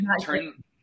turn